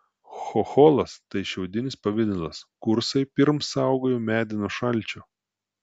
chocholas tai šiaudinis pavidalas kursai pirm saugojo medį nuo šalčio